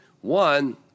One